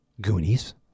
Goonies